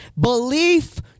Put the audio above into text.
belief